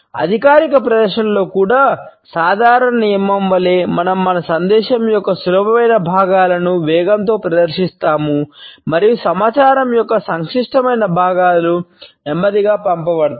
అధికారిక ప్రదర్శనలో కూడా సాధారణ నియమం వలె మనం మన సందేశం యొక్క సులభమైన భాగాలను వేగంతో ప్రదర్శిస్తాము మరియు సమాచారం యొక్క సంక్లిష్టమైన భాగాలు నెమ్మదిగా పంపబడతాయి